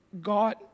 God